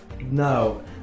no